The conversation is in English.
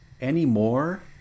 anymore